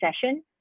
session